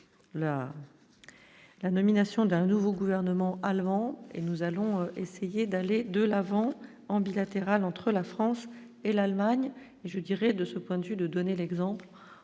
la nomination d'un nouveau gouvernement allemand et nous allons essayer d'aller de l'avant en bilatéral entre la France et l'Allemagne, et je dirais, de ce point de vue de donner l'exemple